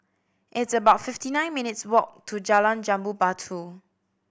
it's about fifty nine minutes' walk to Jalan Jambu Batu